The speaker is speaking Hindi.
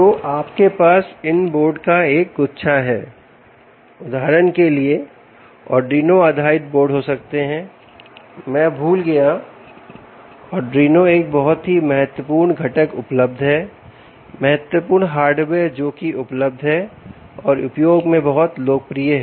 तो आपके पास इन बोर्ड का एक गुच्छा है उदाहरण के लिए arduino आधारित बोर्ड हो सकते हैं मैं भूल गया arduino एक बहुत ही महत्वपूर्ण घटक उपलब्ध है महत्वपूर्ण हार्डवेयर जो कि उपलब्ध है और उपयोग में बहुत लोकप्रिय है